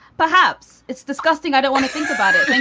perhaps. it's disgusting. i don't want to think about it.